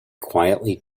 quietly